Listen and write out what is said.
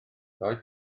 doedd